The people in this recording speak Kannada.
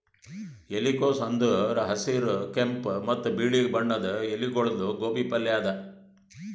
ಎಲಿಕೋಸ್ ಅಂದುರ್ ಹಸಿರ್, ಕೆಂಪ ಮತ್ತ ಬಿಳಿ ಬಣ್ಣದ ಎಲಿಗೊಳ್ದು ಗೋಬಿ ಪಲ್ಯ ಅದಾ